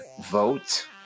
vote